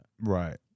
Right